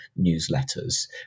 newsletters